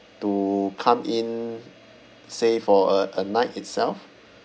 to come in say for uh a night itself